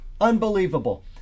Unbelievable